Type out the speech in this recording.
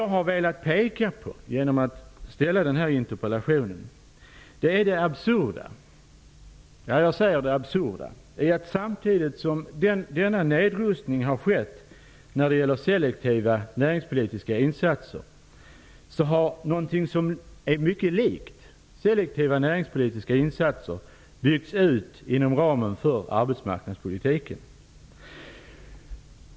Genom att framställa denna interpellation har jag velat peka på det absurda i att samtidigt som denna nedrustning har skett när det gäller selektiva näringspolitiska insatser har någonting som är mycket likt selektiva näringspolitiska insatser byggts ut inom ramen för arbetsmarknadspolitiken.